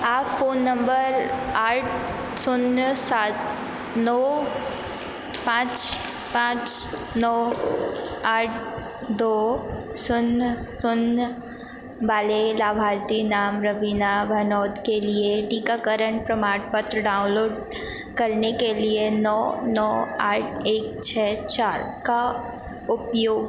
आप phone number आठ शून्य सात नौ पाँच पाँच नौ आठ दो शून्य शून्य वाले लाभार्थी नाम रवीना भनोत के लिए टीकाकरण प्रमाणपत्र डाउनलोड करने के लिए नौ नौ आठ एक छः चार का उपयोग